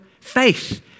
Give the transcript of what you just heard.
Faith